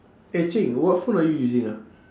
eh cheng what phone are you using ah